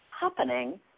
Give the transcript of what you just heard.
happening